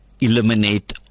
eliminate